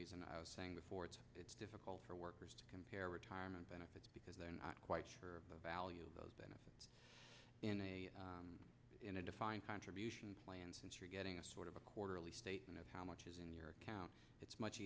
reason i was saying before it's difficult for workers to compare retirement benefits because they're not quite sure of the value of those benefits in a defined contribution plan since you're getting a sort of a quarterly statement of how much is in your account it's much